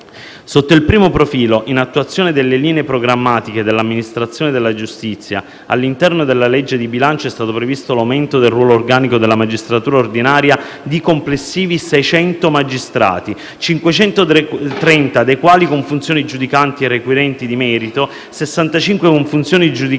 Sotto il primo profilo, in attuazione delle linee programmatiche dell'amministrazione della giustizia, all'interno della legge di bilancio è stato previsto l'aumento del ruolo organico della magistratura ordinaria di complessivi 600 magistrati, 530 dei quali con funzioni giudicanti e requirenti di merito, 65 con funzioni giudicanti